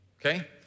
Okay